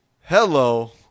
Hello